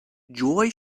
joy